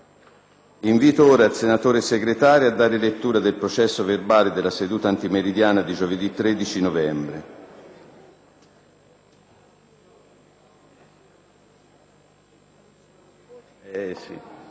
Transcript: Invito ora il senatore Segretario a dare lettura del processo verbale della seduta antimeridiana di giovedì 13 novembre.